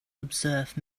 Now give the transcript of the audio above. observe